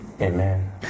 amen